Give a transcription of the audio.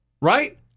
right